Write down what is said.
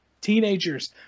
teenagers